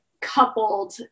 coupled